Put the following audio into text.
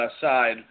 side